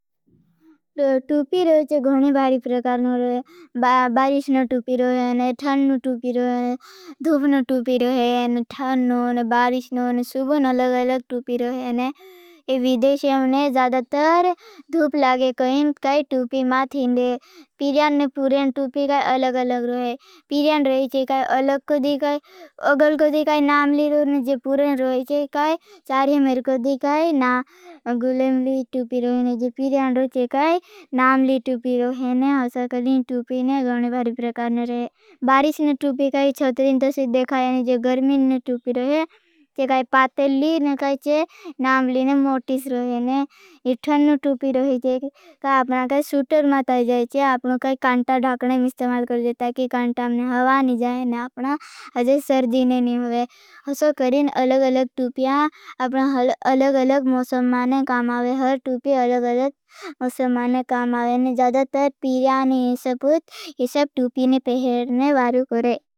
तूपी रोईचे गोने बारी प्रकार रोई। बारिषनो तूपी रोई, थन्नो तूपी रोई। धूपनो तूपी रोई, थन्नो और बारिषनो और सुबन अलग-अलग तूपी रोई। विदेशे में जदातर धूप लागे कहें काई तूपी माथ हिंदे। पिर्यान ने पुरेन तूपी काई अलग-अलग रोई। पिर्यान रोईचे काई अलग कोदी काई अगल कोदी काई नामली रोई। जे पुरेन रोईचे काई चारी मेर कोदी काई। ना गुलेमली तूपी जे पिर्यान रोईचे। काई नामली तूपी रोई। अलग-अलग तूपी काई अगल कोदी काई नामली तूपी काई।